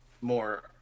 more